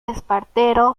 espartero